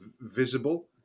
visible